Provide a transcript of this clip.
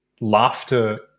laughter